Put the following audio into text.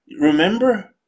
Remember